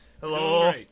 Hello